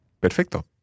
Perfecto